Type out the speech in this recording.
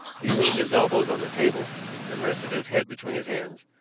he leaned his elbows on the table and rested his head between his hands,